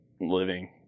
living